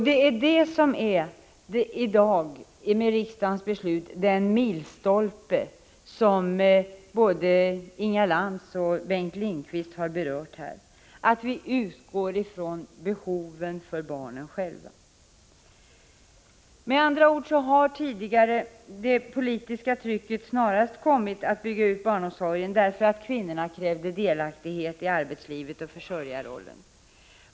Därför blir riksdagsbeslutet i dag den milstolpe som både Inga Lantz och Bengt Lindqvist talat om: att vi utgår från barnens egna behov. Tidigare har det politiska trycket för en utbyggnad av barnomsorgen närmast berott på att kvinnorna krävt delaktighet i arbetslivet och försörjarrollen.